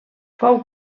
fou